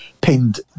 pinned